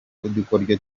udukoryo